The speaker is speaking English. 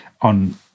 on